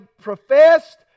professed